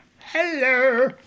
hello